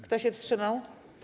Kto się wstrzymał?